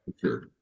sure